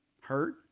hurt